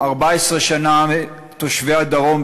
14 שנה תושבי הדרום,